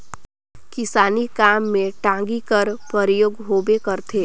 किसानी काम मे टागी कर परियोग होबे करथे